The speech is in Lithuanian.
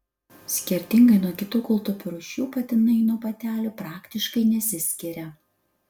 skirtingai nuo kitų kūltupių rūšių patinai nuo patelių praktiškai nesiskiria